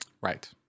Right